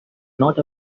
not